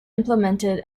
implemented